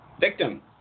victim